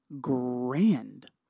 Grand